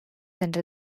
under